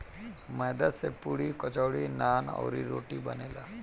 मैदा से पुड़ी, कचौड़ी, नान, अउरी, रोटी बनेला